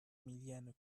millième